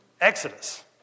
Exodus